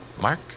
Mark